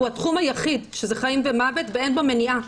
הוא התחום היחיד שהוא חיים ומוות ואין בו מניעה.